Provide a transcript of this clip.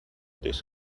this